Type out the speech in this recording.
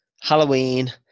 Halloween